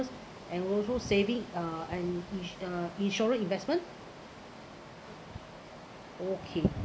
and also saving uh and is~ uh insurance investment okay